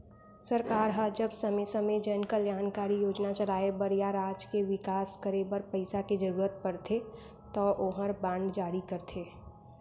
सरकार ह जब समे समे जन कल्यानकारी योजना चलाय बर या राज के बिकास करे बर पइसा के जरूरत परथे तौ ओहर बांड जारी करथे